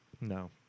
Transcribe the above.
No